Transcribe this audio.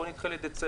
בואו נדחה לדצמבר.